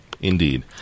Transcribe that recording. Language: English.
indeed